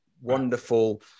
wonderful